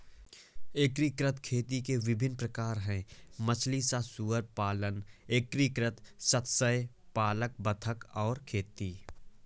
एकीकृत खेती के विभिन्न प्रकार हैं मछली सह सुअर पालन, एकीकृत मत्स्य पालन बतख और खेती